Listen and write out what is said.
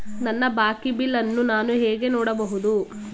ನನ್ನ ಬಾಕಿ ಬಿಲ್ ಅನ್ನು ನಾನು ಹೇಗೆ ನೋಡಬಹುದು?